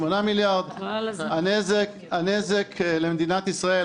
והנזק למדינת ישראל,